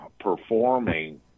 performing